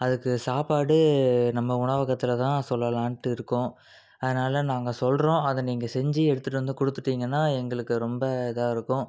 அதுக்கு சாப்பாடு நம்ப உணவகத்தில் தான் சொல்லலாண்ட்டு இருக்கோம் அதனாலே நாங்கள் சொல்கிறோம் அதை நீங்கள் செஞ்சு எடுத்துகிட்டு வந்து கொடுத்துட்டீங்கன்னா எங்களுக்கு ரொம்ப இதாகருக்கும்